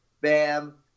Bam